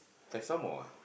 have some more ah